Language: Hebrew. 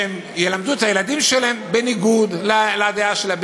שהם ילמדו את הילדים שלהם בניגוד לדעה שלהם,